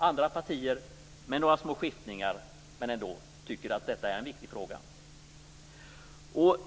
Andra partier, med några små skiftningar, tycker att detta är en viktig fråga.